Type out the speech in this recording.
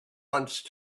once